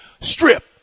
Strip